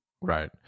Right